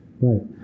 Right